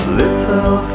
little